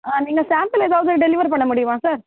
ஆ நீங்கள் சேம்ப்பில் ஏதாவது டெலிவர் பண்ண முடியுமா சார்